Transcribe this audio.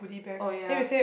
oh ya